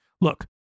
Look